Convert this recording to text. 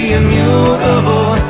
immutable